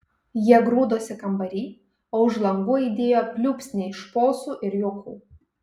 jie grūdosi kambary o už langų aidėjo pliūpsniai šposų ir juokų